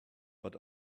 but